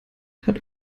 hat